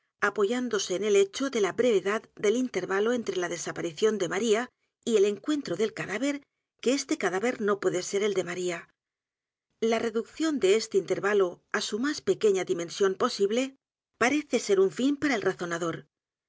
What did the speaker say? apoyándose en el hecho de la brevedad del intervalo entre la desaparición de maría y el encuentro del cadáver que este cadáver no puede ser el de maría la reducción de este intervalo á su más pequeña dimensión posible parece ser un fin para el razonador